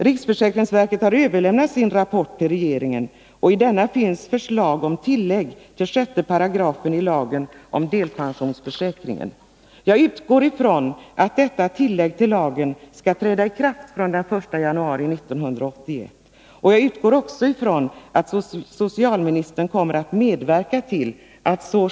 Riksförsäkringsverket har överlämnat sin rapport till regeringen och i denna finns förslag om tillägg till 6 § lagen om delpensionsförsäkring. Jag utgår ifrån att detta tillägg i lagen skall träda i kraft den 1 januari 1981. Vidare utgår jag ifrån att socialministern kommer att medverka till att så sker.